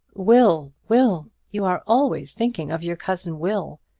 will, will! you are always thinking of your cousin will.